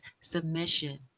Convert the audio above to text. submission